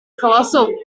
colossal